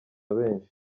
benshi